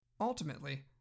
Ultimately